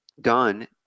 done